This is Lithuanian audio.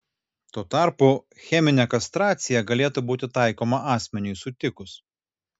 tuo tarpu cheminė kastracija galėtų būti taikoma asmeniui sutikus